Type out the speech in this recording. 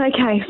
Okay